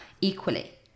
equally